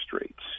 rates